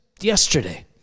yesterday